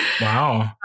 Wow